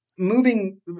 Moving